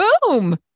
Boom